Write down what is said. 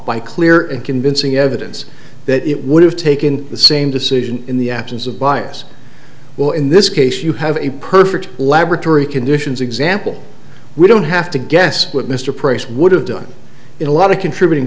by clear and convincing evidence that it would have taken the same decision in the absence of bias will in this case you have a perfect laboratory conditions example we don't have to guess what mr price would have done in a lot of contributing